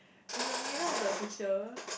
in the middle of the picture